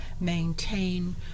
maintain